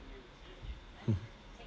mmhmm